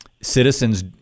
citizens